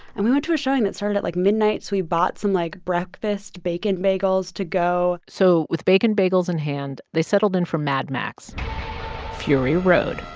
and we went to a showing that started at, like, midnight so we bought some, like, breakfast bacon bagels to go so with bacon bagels in hand, they settled in for mad max fury road.